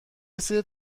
رسیده